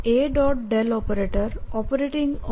BA